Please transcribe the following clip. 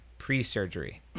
pre-surgery